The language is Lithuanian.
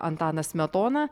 antanas smetona